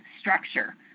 structure